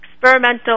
experimental